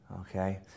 okay